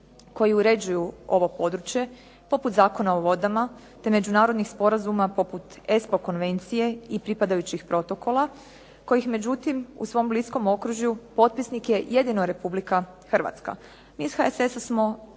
koji uređuju ovo područje poput Zakona o vodama, te međunarodnih sporazuma poput ESPO konvencije i pripadajućih protokola kojih međutim u svom bliskom okružju potpisnik je jedino Republika Hrvatska. Mi iz HSS-a smo